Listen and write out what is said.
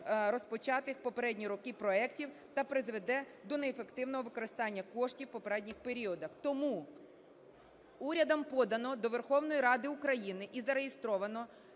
розпочатих в попередні роки проектів та призведе до неефективного використання коштів в попередніх періодах. Тому урядом подано до Верховної Ради України і зареєстровано